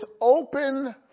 open